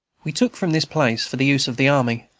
we took from this place, for the use of the army,